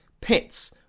Pits